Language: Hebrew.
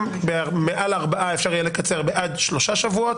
אני מעדכן אותך בסיכומים.